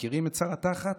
מכירים את שר התח"ת?